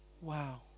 Wow